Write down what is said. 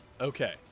Okay